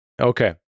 Okay